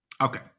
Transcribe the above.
Okay